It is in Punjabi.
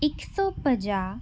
ਇੱਕ ਸੌ ਪੰਜਾਹ